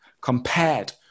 compared